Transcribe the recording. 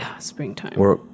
springtime